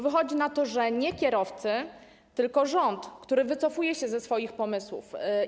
Wychodzi na to, że nie kierowcy, tylko rząd, który wycofuje się ze swoich pomysłów.